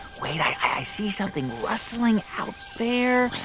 wait. i see something rustling out there.